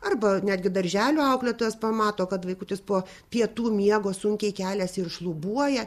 arba netgi darželio auklėtojos pamato kad vaikutis po pietų miego sunkiai keliasi ir šlubuoja